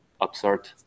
absurd